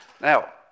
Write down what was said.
Now